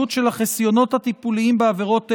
של החסיונות הטיפוליים בעבירות אלו,